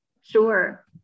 Sure